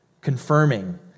confirming